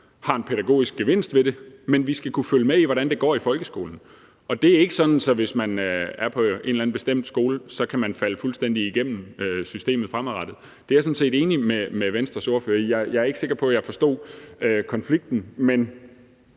får en pædagogisk gevinst ved det. Men vi skal kunne følge med i, hvordan det går i folkeskolen, og det er ikke sådan, at man, hvis man går på en eller anden bestemt skole, så kan falde fuldstændig igennem systemet fremadrettet. Det er jeg sådan set enig med Venstres ordfører i, så jeg er ikke sikker på, at jeg forstår, hvori konflikten